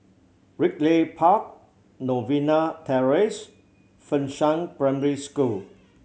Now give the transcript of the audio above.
Ridley Park Novena Terrace Fengshan Primary School